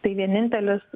tai vienintelis